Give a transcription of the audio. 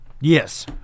Yes